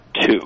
two